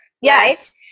Yes